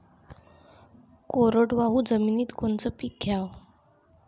कोरडवाहू जमिनीत कोनचं पीक घ्याव?